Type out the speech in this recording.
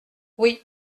oui